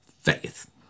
faith